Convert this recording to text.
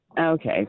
Okay